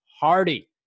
Hardy